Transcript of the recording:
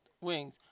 Wings